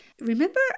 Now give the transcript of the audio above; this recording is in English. remember